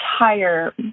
entire